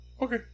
Okay